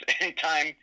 anytime